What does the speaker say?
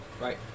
Right